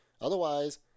Otherwise